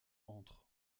entre